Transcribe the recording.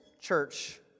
church